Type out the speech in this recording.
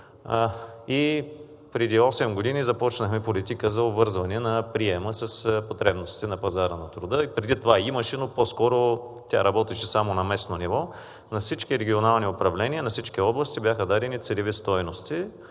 Преди 8 години започнахме политика за обвързване на приема с потребностите на пазара на труда. И преди това имаше, но по скоро тя работеше само на местно ниво. На всички регионални управления, на всички области бяха дадени целеви стойности